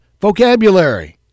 vocabulary